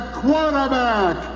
quarterback